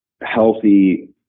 healthy